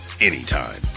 anytime